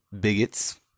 bigots